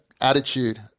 attitude